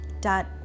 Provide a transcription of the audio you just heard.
dot